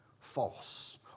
false